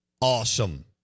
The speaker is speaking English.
awesome